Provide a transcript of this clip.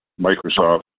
Microsoft